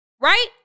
Right